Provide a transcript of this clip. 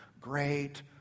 great